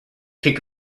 peek